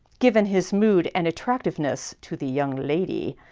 given his mood and attractiveness to the young lady.